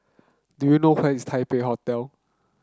do you know where is Taipei Hotel